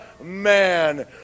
man